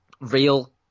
real